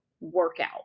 workout